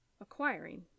acquiring